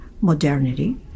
modernity